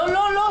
לא לא לא,